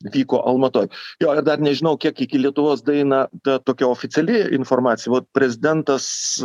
vyko almatoj jo ir dar nežinau kiek iki lietuvos daeina ta tokia oficiali informacija vat prezidentas